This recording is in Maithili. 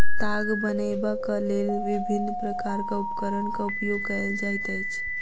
ताग बनयबाक लेल विभिन्न प्रकारक उपकरणक उपयोग कयल जाइत अछि